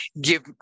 give